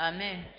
Amen